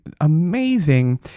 amazing